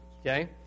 okay